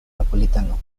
napolitano